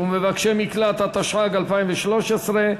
ברשות יושב-ראש הישיבה,